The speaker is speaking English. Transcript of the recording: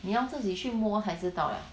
你要自己去摸才知道 leh